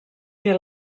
que